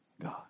God